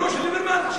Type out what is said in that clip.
זה, של ליברמן.